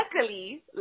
Luckily